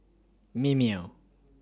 Mimeo